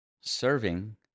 Serving